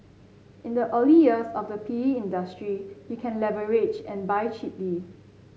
in the early years of the P E industry you can leverage and buy cheaply